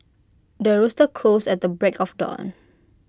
the rooster crows at the break of dawn